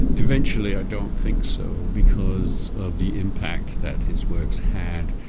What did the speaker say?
eventually i don't think so, because of the impact that his works had.